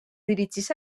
dirigeix